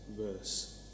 verse